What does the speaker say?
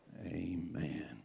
amen